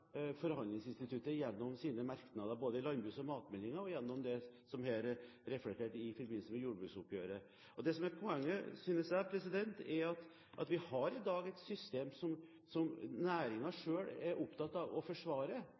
forhandlingsinstituttet gjennom sine merknader, både i landbruks- og matmeldingen og gjennom det som her er reflektert i forbindelse med jordbruksoppgjøret. Det som er poenget, synes jeg, er at vi har i dag et system som næringen selv er opptatt av å forsvare.